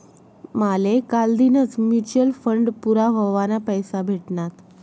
माले कालदीनच mutual fund पूरा व्हवाना पैसा भेटनात